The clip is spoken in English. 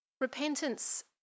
Repentance